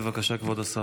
בבקשה, כבוד השר.